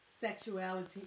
sexuality